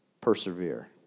Persevere